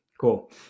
Cool